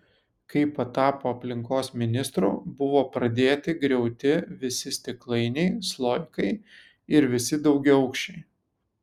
kai patapo aplinkos ministru buvo pradėti griauti visi stiklainiai sloikai ir visi daugiaaukščiai